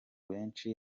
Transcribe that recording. benshi